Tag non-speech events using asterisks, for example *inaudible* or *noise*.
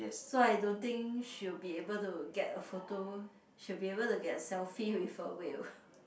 so I don't think she'll be able to get a photo she'll be able to get a selfie with a whale *breath*